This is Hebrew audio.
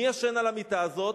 מי ישן על המיטה הזאת?